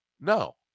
No